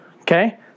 Okay